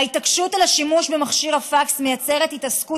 ההתעקשות על השימוש במכשיר הפקס מייצרת התעסקות